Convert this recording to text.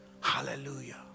Hallelujah